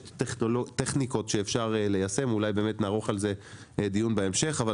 יש טכניקות שאפשר ליישם אולי נערוך על זה דיון בהמשך אבל